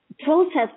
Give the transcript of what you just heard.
process